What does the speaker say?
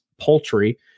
poultry